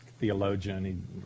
theologian